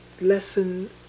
lesson